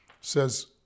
says